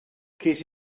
ces